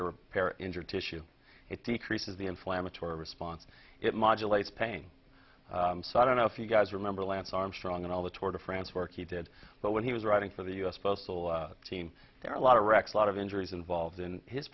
repair or injure tissue it decreases the inflammatory response it modulators pain so i don't know if you guys remember lance armstrong and all the tour de france work he did but when he was writing for the u s postal team there are a lot of wrecks a lot of injuries involved in his